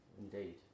Indeed